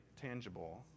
tangible